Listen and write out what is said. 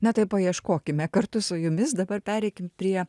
na tai paieškokime kartu su jumis dabar pereikim prie